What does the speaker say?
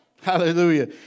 Hallelujah